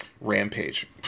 Rampage